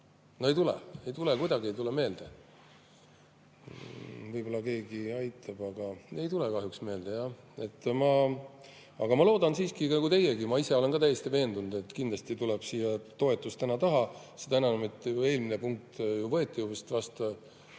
No ei tule! Kuidagi ei tule meelde. Võib-olla keegi aitab, aga ei tule kahjuks meelde. Aga ma loodan siiski nagu teiegi. Ma ise olen ka täiesti veendunud, et kindlasti tuleb siia toetus täna taha, seda enam, et eelmine punkt võeti vastu